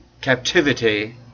captivity